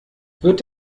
wird